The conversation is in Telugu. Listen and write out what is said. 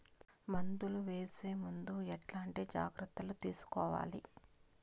మందులు వేసే ముందు ఎట్లాంటి జాగ్రత్తలు తీసుకోవాలి?